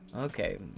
okay